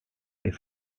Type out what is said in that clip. his